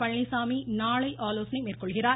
பழனிசாமி நாளை ஆலோசனை மேற்கொள்கிறார்